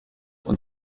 und